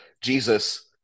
Jesus